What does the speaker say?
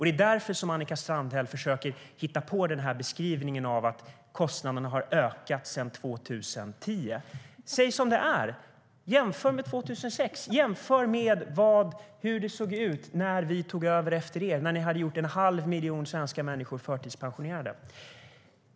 Det är därför som Annika Strandhäll försöker hitta på beskrivningen av att kostnaderna har ökat sedan 2010. Säg som det är! Jämför med 2006! Jämför med hur det såg ut när vi tog över efter er när ni hade gjort en halv miljon svenska människor förtidspensionerade.